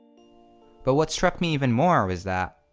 but what struck me even more is that,